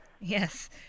yes